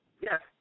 Yes